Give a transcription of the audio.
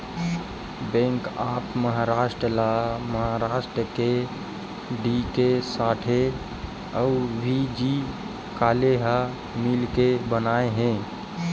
bank of Maharashtra ल महारास्ट के डी.के साठे अउ व्ही.जी काले ह मिलके बनाए हे